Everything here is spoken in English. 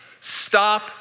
Stop